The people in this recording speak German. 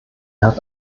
hat